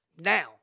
Now